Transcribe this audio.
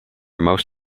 most